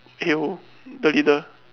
hate who the leader